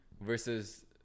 versus